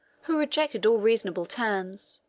who rejected all reasonable terms,